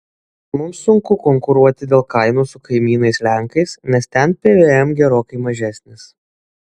mums sunku konkuruoti dėl kainų su kaimynais lenkais nes ten pvm gerokai mažesnis